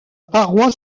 paroi